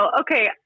okay